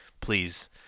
please